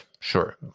Sure